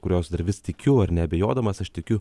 kurios dar vis tikiu ar neabejodamas aš tikiu